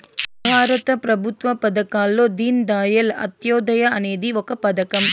భారత ప్రభుత్వ పథకాల్లో దీన్ దయాళ్ అంత్యోదయ అనేది ఒక పథకం